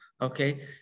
okay